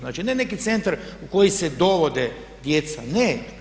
Znači, ne neki centar u koji se dovode djeca, ne.